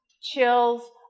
chills